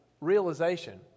realization